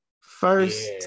First